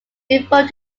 devoted